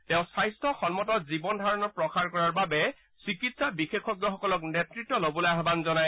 তেওঁ স্বাস্থ্য সন্মত জীৱন ধাৰণ প্ৰসাৰ কৰাৰ বাবে চিকিৎসা বিশেষজ্ঞসকলক নেতৃত্ব লবলৈ আহান জনায়